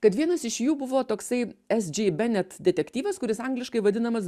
kad vienas iš jų buvo toksai sj benet detektyvas kuris angliškai vadinamas